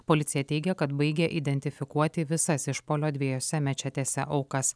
policija teigia kad baigia identifikuoti visas išpuolio dviejose mečetėse aukas